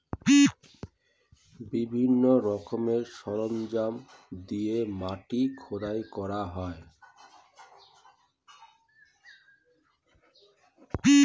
বিভিন্ন রকমের সরঞ্জাম দিয়ে মাটি খোদাই করা হয়